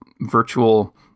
virtual